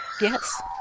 Yes